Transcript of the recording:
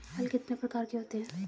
हल कितने प्रकार के होते हैं?